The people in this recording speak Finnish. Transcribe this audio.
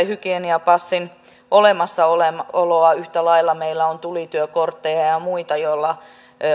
hygieniapassin olemassaoloa yhtä lailla kuin meillä on tulityökortteja ja ja muita